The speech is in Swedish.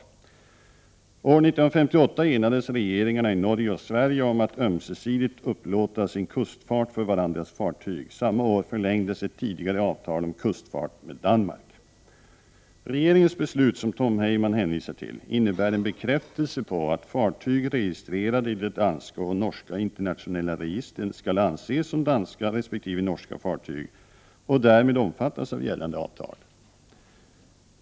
År 1958 enades regeringarna i Norge och Sverige om att ömsesidigt upplåta sin kustfart för varandras fartyg. Samma år förlängdes ett tidigare avtal om kustfart med Danmark. Regeringens beslut, som Tom Heyman hänvisar till, innebär en bekräftelse på att fartyg registrerade i de danska och norska internationella registren skall anses som danska resp. norska fartyg och därmed omfattas av gällande avtal.